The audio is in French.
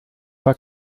pas